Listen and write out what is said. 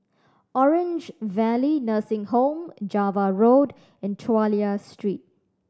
Orange Valley Nursing Home Java Road and Chulia Street